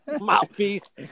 Mouthpiece